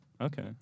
Okay